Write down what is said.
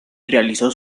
realizó